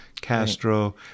Castro